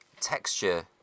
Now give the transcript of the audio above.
texture